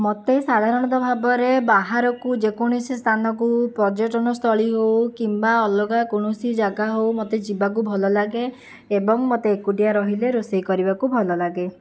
ମୋତେ ସାଧାରଣତଃ ଭାବରେ ବାହାରକୁ ଯେ କୌଣସି ସ୍ଥାନକୁ ପର୍ଯ୍ୟଟନସ୍ଥଳୀ ହେଉ କିମ୍ବା ଅଲଗା କୌଣସି ଜାଗା ହେଉ ମୋତେ ଯିବାକୁ ଭଲ ଲାଗେ ଏବଂ ମୋତେ ଏକୁଟିଆ ରହିଲେ ରୋଷେଇ କରିବାକୁ ଭଲ ଲାଗେ